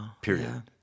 period